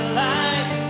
life